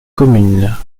communes